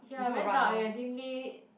ya very dark and dimly